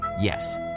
yes